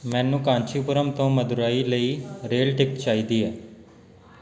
ਮੈਨੂੰ ਕਾਂਚੀਪੁਰਮ ਤੋਂ ਮਦੁਰਾਈ ਲਈ ਰੇਲ ਟਿਕਟ ਚਾਹੀਦੀ ਹੈ